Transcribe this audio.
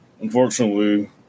unfortunately